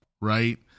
right